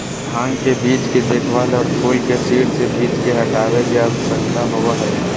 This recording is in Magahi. भांग के बीज के देखभाल, और फूल के सिर से बीज के हटाबे के, आवश्यकता होबो हइ